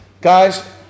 guys